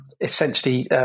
essentially –